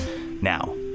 Now